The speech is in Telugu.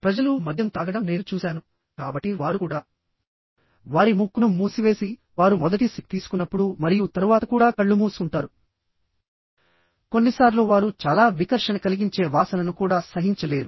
ప్రజలు మద్యం తాగడం నేను చూశాను కాబట్టి వారు కూడా వారి ముక్కును మూసివేసి వారు మొదటి సిప్ తీసుకున్నప్పుడు మరియు తరువాత కూడా కళ్ళు మూసుకుంటారు కొన్నిసార్లు వారు చాలా వికర్షణ కలిగించే వాసనను కూడా సహించలేరు